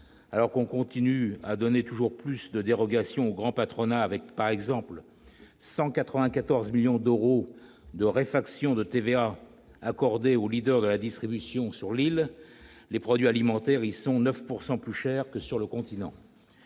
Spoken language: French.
Alors que l'on continue à consentir toujours plus de dérogations au grand patronat, avec, par exemple, 194 millions d'euros de réfaction de TVA accordée aux de la distribution sur l'île, les produits alimentaires y sont 9 % plus chers que sur le continent.